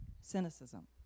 Cynicism